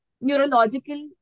neurological